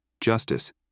justice